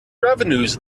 revenues